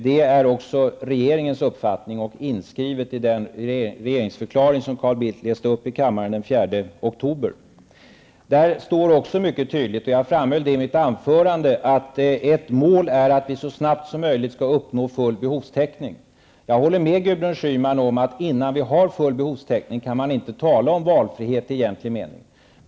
Det är också regeringens uppfattning och finns inskrivet i den regeringsförklaring som Carl Bildt läste upp för kammaren den 4 oktober. Där står också mycket tydligt, vilket jag framhöll i mitt anförande, att ett mål är att vi så snart som möjligt skall uppnå full behovstäckning. Jag håller med Gudrun Schyman om att vi innan vi har full behovstäckning inte kan tala om valfrihet i egentlig mening.